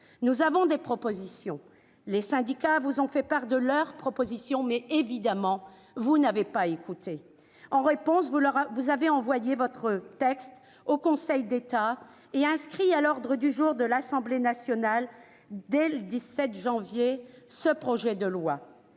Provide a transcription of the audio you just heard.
Nous avons des propositions, les syndicats vous ont aussi fait part des leurs, mais, évidemment, vous n'avez pas écouté ! En réponse, vous avez envoyé votre texte au Conseil d'État et l'avez inscrit à l'ordre du jour de l'Assemblée nationale dès le 17 février. Véritable